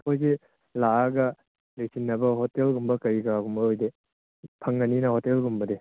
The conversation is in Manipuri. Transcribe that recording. ꯑꯩꯈꯣꯏꯗꯤ ꯂꯥꯛꯑꯒ ꯂꯩꯁꯤꯟꯅꯕ ꯍꯣꯇꯦꯜꯒꯨꯝꯕ ꯀꯩꯀꯥꯒꯨꯝꯕꯗꯤ ꯐꯪꯒꯅꯤꯅ ꯍꯣꯇꯦꯜꯒꯨꯝꯕꯗꯤ